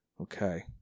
Okay